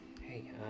hey